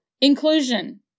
inclusion